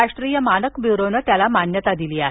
राष्ट्रीय मानक ब्युरोनं त्याला मान्यता दिली आहे